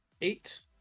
eight